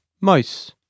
Mouse